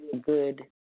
good